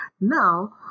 Now